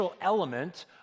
element